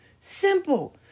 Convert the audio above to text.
Simple